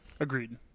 agreed